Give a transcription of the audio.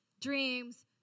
dreams